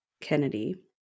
Kennedy